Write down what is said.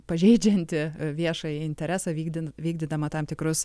pažeidžianti viešąjį interesą vykdin vykdydama tam tikrus